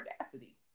audacity